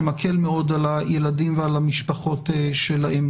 שמקל מאוד על הילדים ועל המשפחות שלהם.